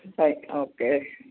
right okay